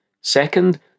second